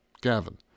Gavin